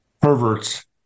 perverts